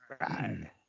right